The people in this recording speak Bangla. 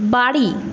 বাড়ি